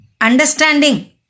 understanding